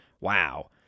wow